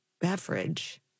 beverage